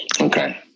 Okay